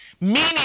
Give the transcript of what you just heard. Meaning